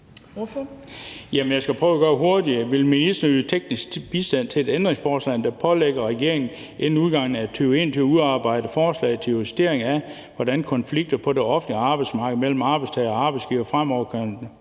Jeg skal prøve at gøre det hurtigt: Vil ministeren yde teknisk bistand til et ændringsforslag, der pålægger regeringen inden udgangen af 2021 at udarbejde et forslag til justering af, hvordan konflikter på det offentlige arbejdsmarked mellem arbejdstager og arbejdsgiver fremover kan